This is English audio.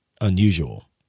unusual